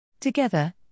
Together